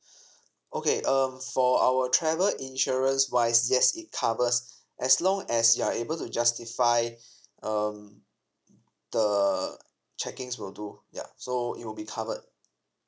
okay um for our travel insurance wise yes it covers as long as you are able to justify um the checkings will do ya so it will be covered